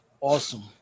awesome